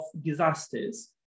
disasters